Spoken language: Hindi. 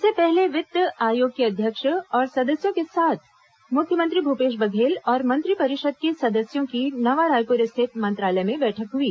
इससे पहले वित्त आयोग के अध्यक्ष और सदस्यों के साथ मुख्यमंत्री भूपेश बघेल और मंत्रिपरिषद के सदस्यों की नवा रायपुर स्थित मंत्रालय में बैठक हुई